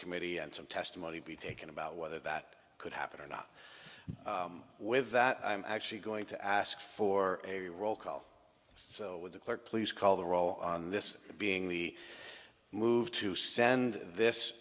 committee and some testimony be taken about whether that could happen or not with that i am actually going to ask for a roll call so with the clerk please call the roll on this being the move to send this